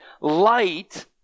light